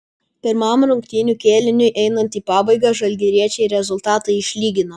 pirmam rungtynių kėliniui einant į pabaigą žalgiriečiai rezultatą išlygino